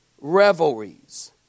revelries